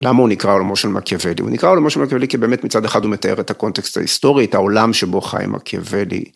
למה הוא נקרא עולמו של מקיאוולי? הוא נקרא עולמו של מקיאוולי כי באמת מצד אחד הוא מתאר את הקונטקסט ההיסטורי, את העולם שבו חי מקיאוולי.